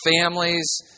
families